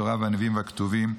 התורה והנביאים והכתובים,